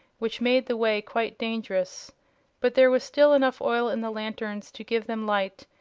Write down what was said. which made the way quite dangerous but there was still enough oil in the lanterns to give them light,